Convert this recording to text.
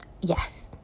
yes